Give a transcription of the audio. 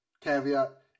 caveat